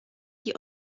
die